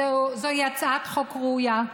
זוהי הצעת חוק ראויה.